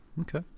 Okay